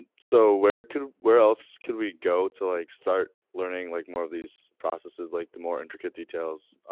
so, where could, where else could we go to like start learning like more of these processes, like the more intricate details?